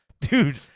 Dude